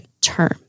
term